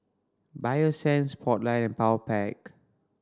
Bio Essence Spotlight and Powerpac